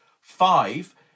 Five